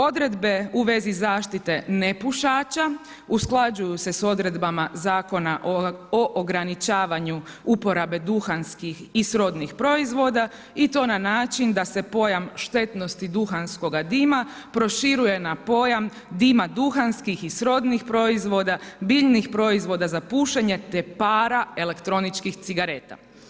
Odredbe u vezi zaštite nepušača usklađuju se s odredbama Zakona o ograničavanju uporabe duhanskih i srodnih proizvoda i to na način da se pojam štetnosti duhanskoga dima proširuje na pojam dima duhanskih i srodnih proizvoda, biljnih proizvoda za pušenje te para elektroničkih cigareta.